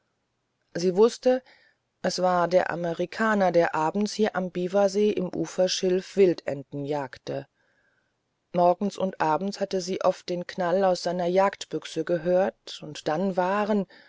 sie wußte es war der amerikaner der abends hier am biwasee im uferschilf wildenten jagte morgens und abends hatte sie oft den knall aus seiner jagdbüchse gehört und dann waren